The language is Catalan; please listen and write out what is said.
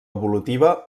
evolutiva